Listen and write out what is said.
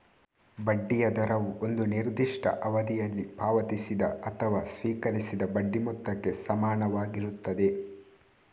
ಬಡ್ಡಿಯ ದರವು ಒಂದು ನಿರ್ದಿಷ್ಟ ಅವಧಿಯಲ್ಲಿ ಪಾವತಿಸಿದ ಅಥವಾ ಸ್ವೀಕರಿಸಿದ ಬಡ್ಡಿ ಮೊತ್ತಕ್ಕೆ ಸಮಾನವಾಗಿರುತ್ತದೆ